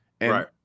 Right